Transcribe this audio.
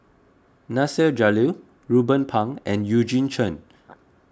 Nasir Jalil Ruben Pang and Eugene Chen